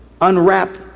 Unwrap